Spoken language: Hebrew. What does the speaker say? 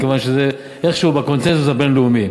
כיוון שאיכשהו זה בקונסנזוס הבין-לאומי.